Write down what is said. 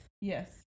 Yes